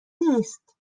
نیست